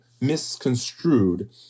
misconstrued